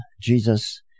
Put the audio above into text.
Jesus